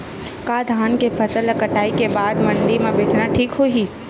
का धान के फसल ल कटाई के बाद मंडी म बेचना ठीक होही?